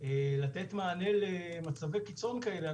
לתת מענה למצבי קיצון כאלה.